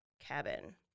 cabin